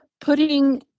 putting